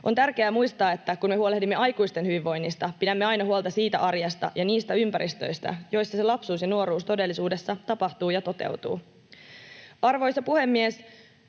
On tärkeää muistaa, että kun me huolehdimme aikuisten hyvinvoinnista, pidämme aina huolta siitä arjesta ja niistä ympäristöistä, joissa se lapsuus ja nuoruus todellisuudessa tapahtuu ja toteutuu. Arvoisa puhemies!